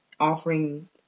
offering